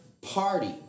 party